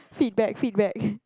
feedback feedback